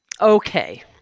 Okay